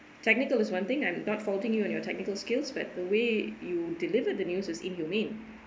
technical is one thing I'm not faulting you on your technical skills but the way you delivered the news is inhumane